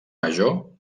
major